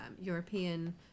european